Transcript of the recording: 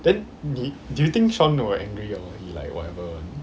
then he do you think shawn will angry or he like whatever